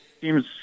seems –